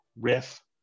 Riff